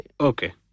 Okay